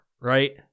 right